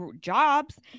jobs